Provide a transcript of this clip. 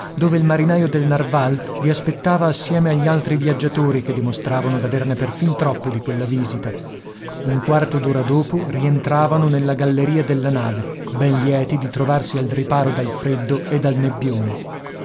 dove il marinaio del narval li aspettava assieme agli altri viaggiatori che dimostravano d'averne perfin troppo di quella visita un quarto d'ora dopo rientravano nella galleria della nave ben lieti di trovarsi al riparo dal freddo e dal nebbione